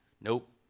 Nope